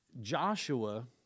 Joshua